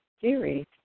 series